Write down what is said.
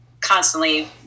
constantly